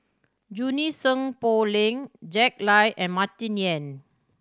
Junie Sng Poh Leng Jack Lai and Martin Yan